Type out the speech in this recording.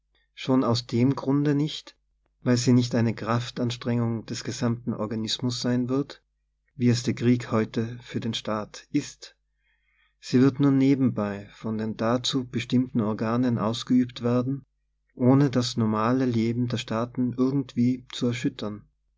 schon aus dem grunde nicht weil sie nicht eine kraftanstrengung des gesamten organismus sein wird wie es der krieg heute für den staat ist sie wird nur nebenbei von den dazu bestimmten organen ausgeübt werden ohne das normale leben der staaten irgendwie zu erschüttern